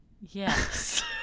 yes